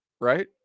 right